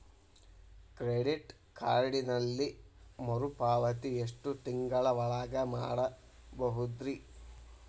Credit ಕಾರ್ಡಿನಲ್ಲಿ ಮರುಪಾವತಿ ಎಷ್ಟು ತಿಂಗಳ ಒಳಗ ಮಾಡಬಹುದ್ರಿ?